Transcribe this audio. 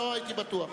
לא הייתי בטוח.